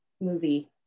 movie